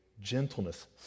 gentleness